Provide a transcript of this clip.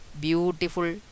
Beautiful